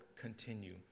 continue